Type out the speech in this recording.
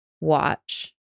watch